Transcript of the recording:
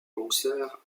concert